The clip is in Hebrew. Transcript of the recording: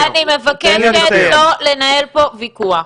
אני מבקשת לא לנהל פה ויכוח.